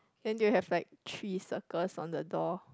then do you have like three circles on the door